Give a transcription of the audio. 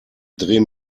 dreh